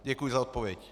Děkuji za odpověď.